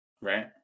right